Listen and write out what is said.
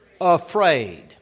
afraid